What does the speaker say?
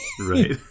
Right